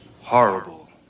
horrible